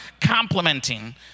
complimenting